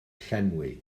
llenwi